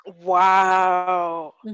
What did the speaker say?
Wow